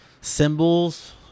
symbols